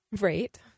right